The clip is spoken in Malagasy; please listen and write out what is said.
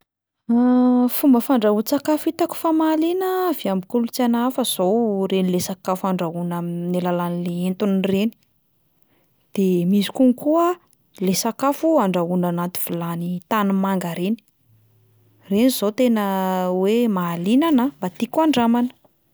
Fomba fandrahoan-tsakafo hitako fa mahaliana avy amin'ny kolontsaina hafa zao reny le sakafo andrahoina amin'ny alalan'le hentona reny, de misy konkoa le sakafo andrahoina anaty vilany tanimanga reny, reny zao tena hoe mahaliana anahy, mba tiako handramana.